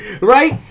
right